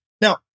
Now